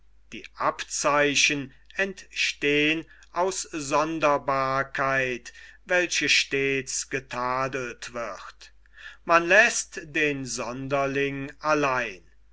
die abzeichen entstehn aus sonderbarkeit welche stets getadelt wird man läßt den sonderling allein